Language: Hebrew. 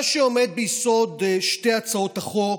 מה שעומד ביסוד שתי הצעות החוק